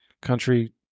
country